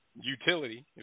utility